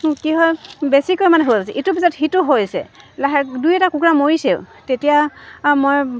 কি হয় বেছিকৈ মানে হ'ল যে ইটো পিছত সিটো হৈছে লাহে দুই এটা কুকুৰা মৰিছেও তেতিয়া মই